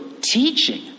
teaching